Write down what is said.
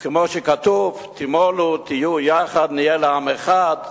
וכמו שכתוב: תימולו, תהיו יחד, נהיה לעם אחד,